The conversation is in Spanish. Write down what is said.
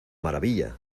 maravilla